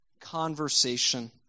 conversation